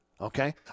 okay